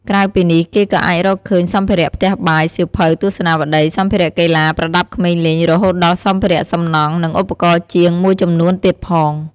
ក្រៅពីនេះ គេក៏អាចរកឃើញ សម្ភារៈផ្ទះបាយ សៀវភៅ ទស្សនាវដ្តី សម្ភារៈកីឡា ប្រដាប់ក្មេងលេង រហូតដល់ សម្ភារៈសំណង់ និងឧបករណ៍ជាង មួយចំនួនទៀតផង។